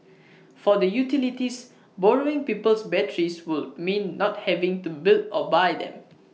for the utilities borrowing people's batteries would mean not having to build or buy them